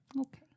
okay